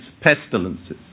pestilences